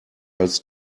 als